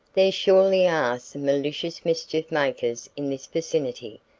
there surely are some malicious mischief makers in this vicinity,